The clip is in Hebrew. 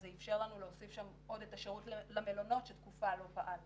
אז זה איפשר לנו להוסיף שם עוד את השירות למלונות שלא פעל תקופה.